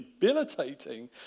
debilitating